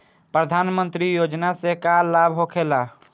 प्रधानमंत्री योजना से का लाभ होखेला?